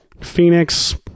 Phoenix